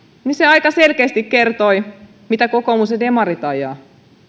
ja se aika selkeästi kertoi mitä kokoomus ja demarit ajavat